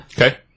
Okay